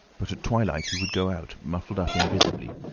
but at twilight he would go out muffled up invisibly,